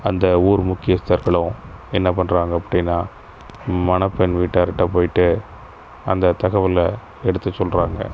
அந்த ஊர் முக்கியஸ்தர்களும் என்ன பண்றாங்க அப்டின்னா மணப்பெண் வீட்டார்கிட்ட போய்ட்டு அந்த தகவலை எடுத்து சொல்வாங்க